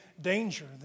danger